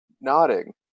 nodding